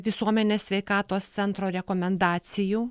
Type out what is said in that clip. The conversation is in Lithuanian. visuomenės sveikatos centro rekomendacijų